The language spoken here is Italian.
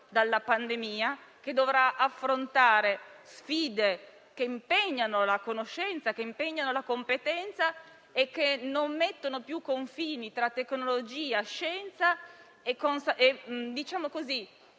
dalla pandemia, che dovrà affrontare sfide che impegnano la conoscenza e la competenza e che non mettono più confini tra tecnologia e scienza da un lato e